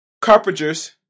carpenters